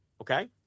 Okay